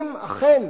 אם אכן